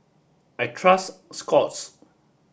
I trust Scott's